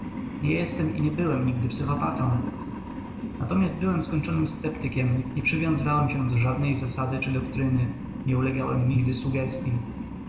jestem i nie byłem nigdy psychopatą natomiast byłem skończonym sceptykiem nie przywiązywałem się do żadnej zasady czy doktryny nie ulegałem nigdy suggestyi